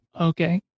Okay